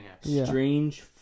strange